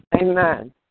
Amen